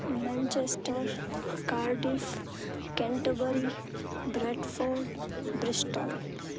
Manchester cardiff canterbury bradford bristol